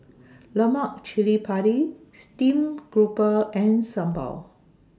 Lemak Cili Padi Stream Grouper and Sambal